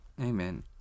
Amen